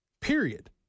period